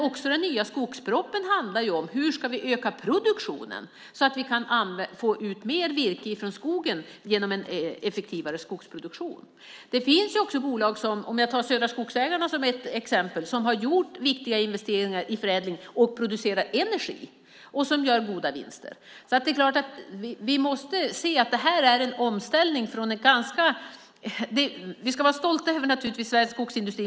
Också den nya skogspropositionen handlar om hur vi ska öka produktionen så att vi genom en effektivare skogsproduktion kan få ut mer virke från skogen. Det finns bolag - Södra Skogsägarna är ett exempel - som har gjort viktiga förädlingsinvesteringar, som producerar energi och som gör goda vinster. Vi måste se att det här är en omställning. Naturligtvis ska vi vara stolta över Sveriges skogsindustri.